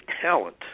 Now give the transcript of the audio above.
talent